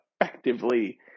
effectively